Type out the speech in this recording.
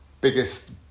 biggest